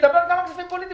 שידבר גם על כספים פוליטיים,